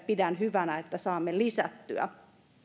pidän hyvänä että näitäkin saamme lisättyä